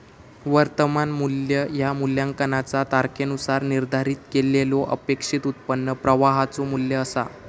वर्तमान मू्ल्य ह्या मूल्यांकनाचा तारखेनुसार निर्धारित केलेल्यो अपेक्षित उत्पन्न प्रवाहाचो मू्ल्य असा